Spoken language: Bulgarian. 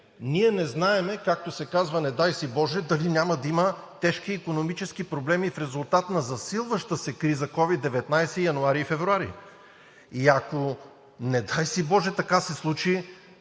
ние не знаем, както се казва, не дай си боже, дали няма да има тежки икономически проблеми в резултат на засилваща се криза с COVID-19 януари и февруари. И ако, не дай си боже, така се случи,